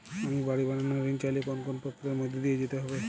আমি বাড়ি বানানোর ঋণ চাইলে কোন কোন প্রক্রিয়ার মধ্যে দিয়ে যেতে হবে?